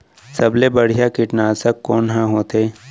सबले बढ़िया कीटनाशक कोन ह होथे?